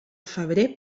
febrer